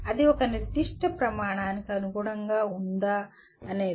అది ఒక నిర్దిష్ట ప్రమాణానికి అనుగుణంగా ఉందా అనేది